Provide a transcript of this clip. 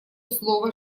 слово